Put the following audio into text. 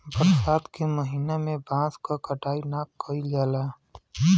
बरसात के महिना में बांस क कटाई ना कइल जाला